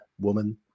woman